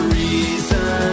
reason